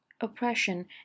oppression